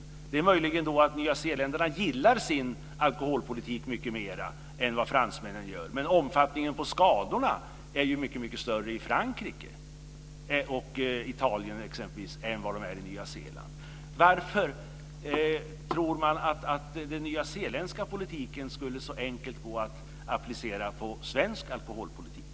Skillnaden är möjligen den att nyzeeländarna gillar sin alkoholpolitik mycket mer än vad fransmännen gillar sin, men omfattningen på skadorna är ju mycket större exempelvis i Frankrike och Italien än vad den är i Nya Zeeland. Varför tror man att den nyzeeländska politiken så enkelt skulle kunna appliceras på svensk alkoholpolitik?